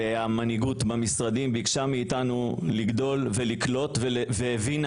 והמנהיגות במשרדים ביקשה מאיתנו לגדול ולקלוט והבינה